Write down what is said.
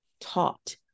taught